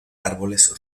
árboles